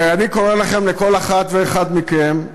אני קורא לכם, לכל אחת ואחד מכם,